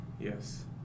Yes